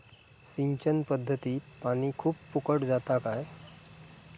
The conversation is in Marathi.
सिंचन पध्दतीत पानी खूप फुकट जाता काय?